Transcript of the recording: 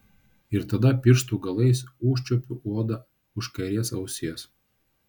ir tada pirštų galais užčiuopiu odą už kairės ausies